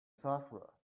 software